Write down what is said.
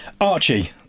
Archie